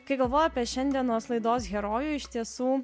kai galvojau apie šiandienos laidos herojų iš tiesų